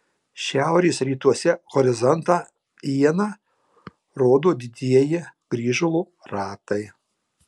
šiaurės rytuose horizontą iena rodo didieji grįžulo ratai